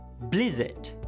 Blizzard